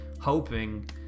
hoping